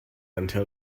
until